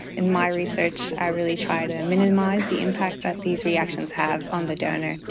in my research i really try to and minimise the impact that these reactions have on the donor.